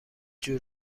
جور